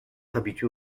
habituée